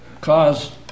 caused